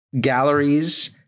galleries